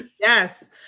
Yes